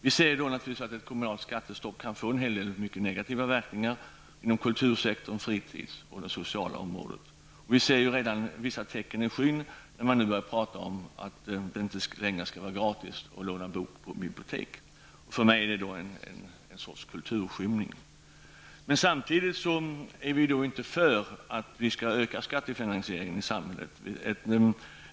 Vi ser naturligtvis att kommunalt skattestopp kan få en del mycket negativa verkningar inom kultursektorn, fritidssektorn och på det sociala området. Vi ser redan vissa tecken i skyn när det talas om att det inte längre skall vara gratis att låna en bok på bibliotek. För mig är det en sorts kulturskymning. Samtidigt är vi inte för att skattefinansieringen i samhället skall ökas.